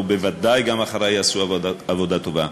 ובוודאי גם אחרי יעשו עבודה טובה.